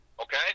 okay